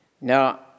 Now